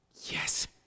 Yes